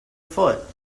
foot